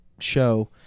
show